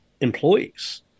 employees